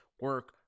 Work